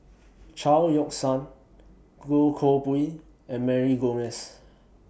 Chao Yoke San Goh Koh Pui and Mary Gomes